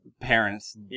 parents